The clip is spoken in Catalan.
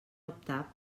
optar